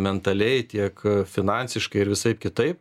mentalei tiek finansiškai ir visaip kitaip